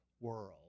world